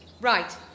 Right